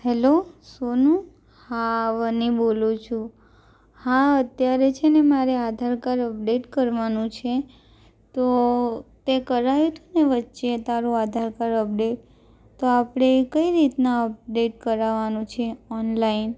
hello Sonu હા અવની બોલું છું હા અત્યારે છે ને મારે આધાર કાર્ડ અપડેટ કરવાનું છે તો તે કરાવ્યું હતુંને વચ્ચે તારું આધાર કાર્ડ અપડેટ તો આપણે કઈ રીતના અપડેટ કરાવવાનું છે ઓનલાઇન